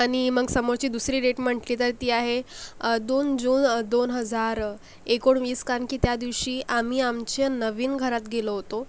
आणि मग समोरची दुसरी रेट म्हटली तर ती आहे दोन जून दोन हजार एकोणवीस कान की त्या दिवशी आम्ही आमच्या नवीन घरात गेलो होतो